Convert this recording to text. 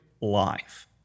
life